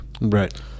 right